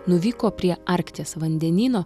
nuvyko prie arkties vandenyno